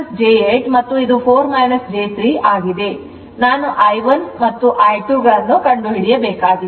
ನಾನು I 1 I 2 ಅನ್ನು ಕಂಡುಹಿಡಿಯಬೇಕಾಗಿದೆ